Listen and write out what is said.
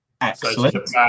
Excellent